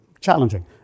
challenging